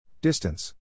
Distance